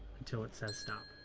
until it says stop.